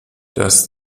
das